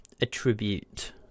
attribute